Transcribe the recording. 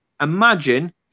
imagine